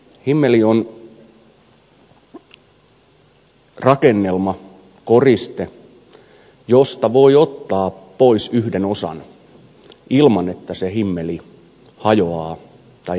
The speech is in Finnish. himmeli on rakennelma koriste josta voi ottaa pois yhden osan ilman että se himmeli hajoaa tai edes vaurioituu